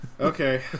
Okay